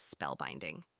spellbinding